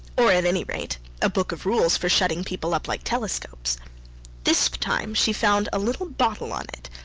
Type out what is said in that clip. or at any rate a book of rules for shutting people up like telescopes this time she found a little bottle on it,